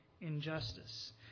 injustice